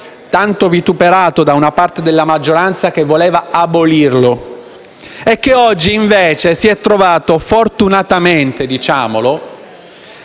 tanto vituperato da una parte della maggioranza che voleva abolirlo, che oggi, invece, si è trovato, fortunatamente, a